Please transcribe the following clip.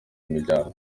imiryango